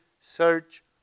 search